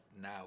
now